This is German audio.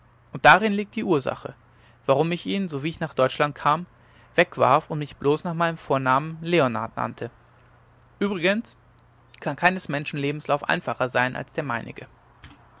und darin liegt die ursache warum ich ihn sowie ich nach deutschland kam wegwarf und mich bloß nach meinem vornamen leonard nannte übrigens kann keines menschen lebenslauf einfacher sein als der meinige